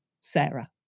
sarah